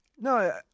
No